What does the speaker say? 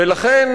ולכן,